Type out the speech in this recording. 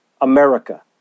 America